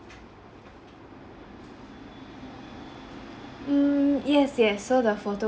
mm yes yes so the photo